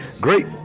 great